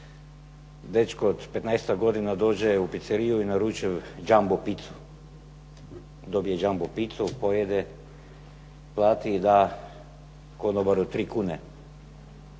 Dečko od 15-tak godina dođe u pizzeriu i naruči jumbo pizzu, dobije jumbo pizzu pojede plati i da konobaru 3 kune.